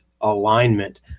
alignment